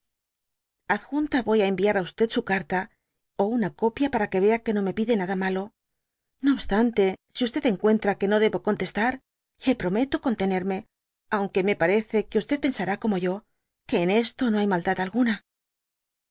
adjanta yoy á enyiar á sa carta ó una copia para ave vea que no me pide nada malono oi stante si encuentra que no debo contestar le prometo contenerme aunque me parece que pensará como yo que en esto no hay maldad algunat